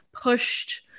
pushed